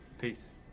peace